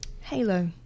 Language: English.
Halo